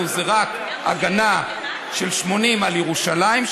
הוא רק הגנה של 80 קולות על ירושלים,